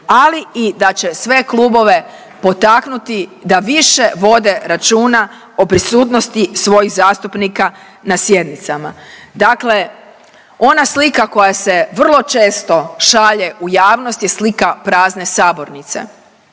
ali i da će se sve klubove potaknuti da više vode računa o prisutnosti svojih zastupnika na sjednicama. Dakle, ona slika koja se vrlo često šalje u javnost je slika prazne sabornice